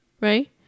right